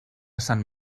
sant